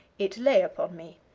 it lay upon me.